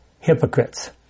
hypocrites